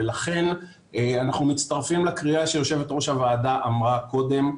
לכן אנחנו מצטרפים לקריאה של יושבת ראש הוועדה אמרה קודם,